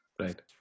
Right